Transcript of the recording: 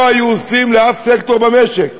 לא היו עושים את זה לאף סקטור במשק.